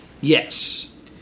Yes